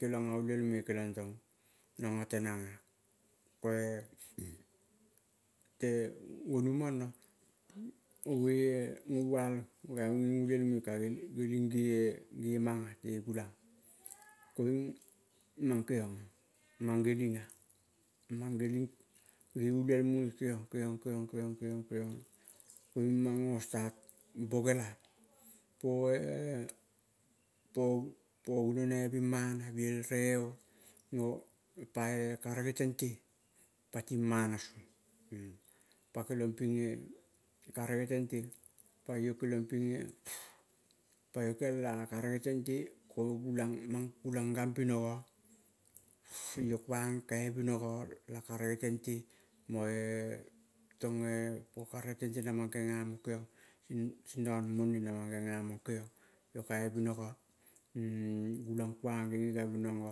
keiong a ulielmoi tong nango tenang ah ko-e te gonu mono goge eh go-ual ge ulielmoi kagieng ge-e mang ah te gulang ah. Koing mang kegiong mang geling ah. Mang geling ge ulielmoi kegiong kegiong kegiong, kegiong. Koing mang go start bogela po-e po pogunonai bing mana ah biel reo, pa-e karege tente pa iyo keliong ping eh pa iyo kela kerege tente koing gulang kambinogo iyo kuang kaibinogo la karege tente mo-e tong eh po karege tente namang kegio mo sindaon mone na mang gega mon gegiong iyo kabinogo gulang kuang gambinogo